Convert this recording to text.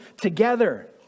together